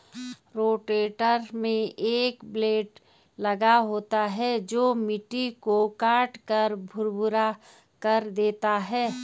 rotator में एक blade लगा होता है जो मिट्टी को काटकर भुरभुरा कर देता है